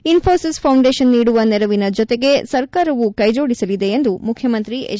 Infosys foundation ನೀಡುವ ನೆರವಿನ ಜೊತೆಗೆ ಸರ್ಕಾರವು ಕೈಜೋಡಿಸಲಿದೆ ಎಂದು ಮುಖ್ಜಮಂತ್ರಿ ಹೆಚ್